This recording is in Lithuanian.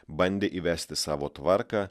bandė įvesti savo tvarką